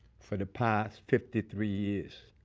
for the past fifty three years.